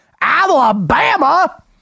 Alabama